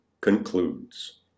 concludes